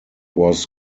was